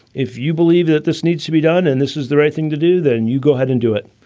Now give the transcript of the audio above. if you believe that this needs to be done and this is the right thing to do, then you go ahead and do it.